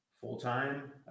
full-time